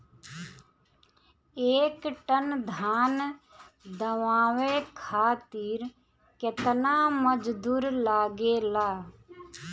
एक टन धान दवावे खातीर केतना मजदुर लागेला?